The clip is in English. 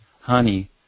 honey